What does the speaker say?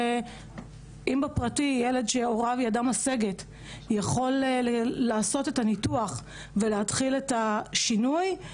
שאם בפרטי ילד שהוריו ידם משגת יכול לעשות את הניתוח ולהתחיל את השינוי,